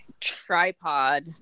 tripod